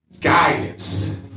guidance